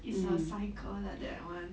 it's a cycle lah that [one]